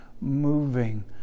moving